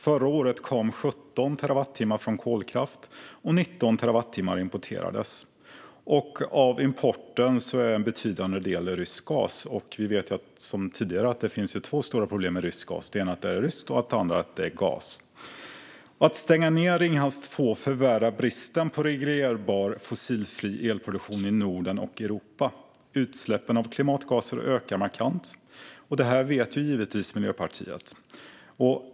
Förra året kom 17 terawattimmar från kolkraft och 19 terawattimmar importerades, och av importen är en betydande del rysk gas. Vi vet sedan tidigare att det finns två stora problem med rysk gas - det ena att den är rysk, det andra att den är gas. Att stänga Ringhals 2 förvärrar bristen på reglerbar fossilfri elproduktion i Norden och Europa. Utsläppen av klimatgaser ökar markant, och det vet Miljöpartiet.